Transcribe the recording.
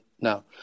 now